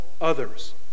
others